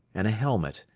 and a helmet,